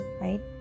right